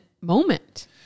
Moment